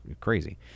crazy